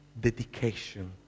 dedication